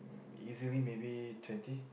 easily maybe twenty